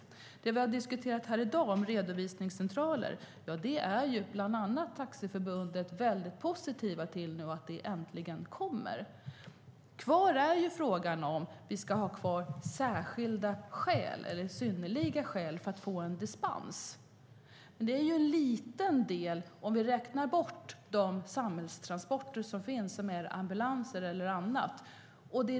Det som vi har diskuterat här i dag om redovisningscentraler är bland annat Taxiförbundet mycket positivt till att de äntligen kommer. Kvar finns frågan om vi ska ha kvar särskilda skäl, eller synnerliga skäl, för att få en dispens. Det är en liten del, om vi räknar bort de samhällstransporter som finns, ambulanser eller annat.